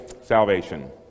salvation